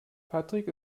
patrick